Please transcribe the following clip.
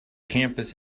campus